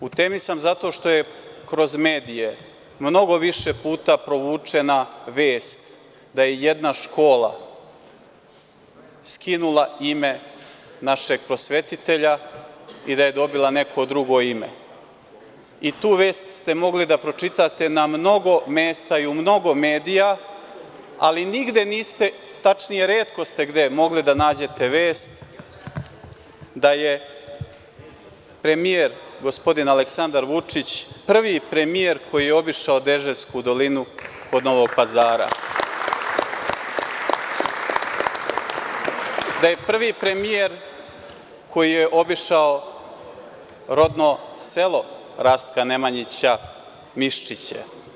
U temi sam zato što je kroz medije mnogo više puta provučena vest da je jedna škola skinula ime našeg prosvetitelja i da je dobila neko drugo ime i tu vest ste mogli da pročitate na mnogo mesta i u mnogo medija, ali nigde niste, tačnije retko ste gde mogli da nađete vest da je premijer, gospodin Aleksandar Vučić, prvi premijer koji je obišao Deževsku dolinu kod Novog Pazara, da je prvi premijer koji je obišao rodno selo Rastka Nemanjića Miščiće.